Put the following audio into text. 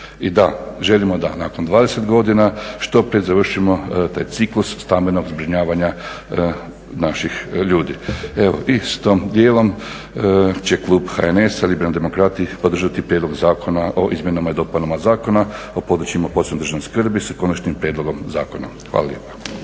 I da želimo da nakon 20 godina što prije završimo taj ciklus stambenog zbrinjavanja naših ljudi. Evo i s tim dijelom će klub HNS-a Liberalni demokrati podržati Prijedlog zakona o izmjenama i dopunama Zakona o područjima posebne državne skrbi, s Konačnim prijedlogom Zakona. Hvala lijepa.